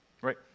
right